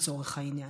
לצורך העניין.